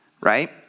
right